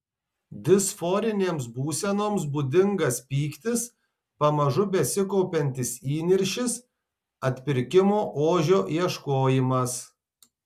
disforinėms būsenoms būdingas pyktis pamažu besikaupiantis įniršis atpirkimo ožio ieškojimas